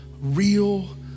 real